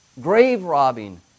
Grave-robbing